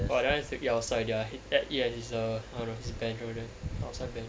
!wah! that [one] is to eat outside already lah that eat at his err I don't know his I don't know his bench over there outside bench